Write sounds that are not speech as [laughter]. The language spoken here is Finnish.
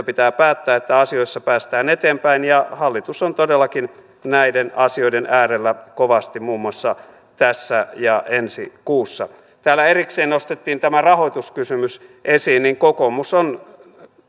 [unintelligible] pitää päättää jotta asioissa päästään eteenpäin ja hallitus on todellakin näiden asioiden äärellä kovasti muun muassa tässä ja ensi kuussa täällä erikseen nostettiin tämä rahoituskysymys esiin kokoomus on